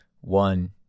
one